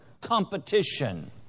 competition